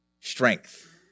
strength